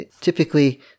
typically